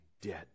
dead